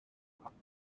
upwards